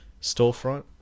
storefront